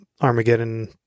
Armageddon